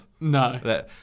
No